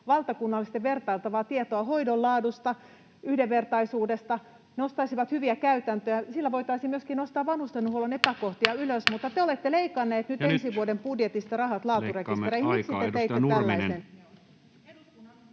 valtakunnallisesti vertailtavaa tietoa hoidon laadusta, yhdenvertaisuudesta, nostaisivat hyviä käytäntöjä. Sillä voitaisiin myöskin nostaa vanhustenhuollon epäkohtia ylös, mutta te olette leikanneet nyt [Puhemies: Ja nyt leikkaamme aikaa!] ensi vuoden budjetista rahat laaturekistereihin.